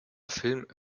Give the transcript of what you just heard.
film